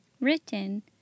Written